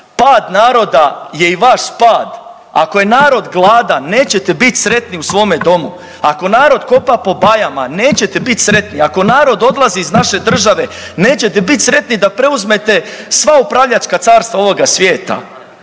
pad naroda je i vaš pad. Ako je narod gladan nećete bit sretni u svome domu, ako narod kopa po bajama nećete bit sretni, ako narod odlazi iz naše države nećete bit sretni da preuzmete sva upravljačka carstva ovoga svijeta,